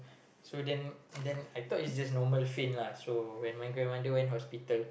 so then then I thought it's just normal faint lah so when my grandmother went hospital